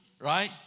Right